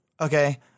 Okay